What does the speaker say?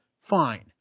fine